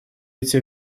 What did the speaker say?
эти